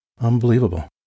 Unbelievable